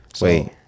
Wait